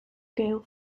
gale